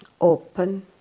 Open